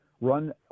run